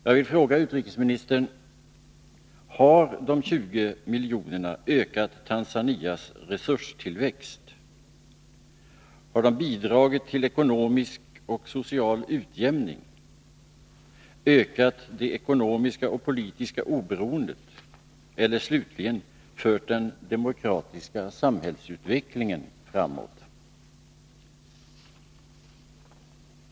Jag vill fråga utrikesministern: Har de 20 miljonerna ökat Tanzanias resurstillväxt, bidragit till ekonomisk och social utjämning, ökat det ekonomiska och politiska oberoendet eller, slutligen, fört den demokratiska samhällsutvecklingen framåt?